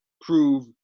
prove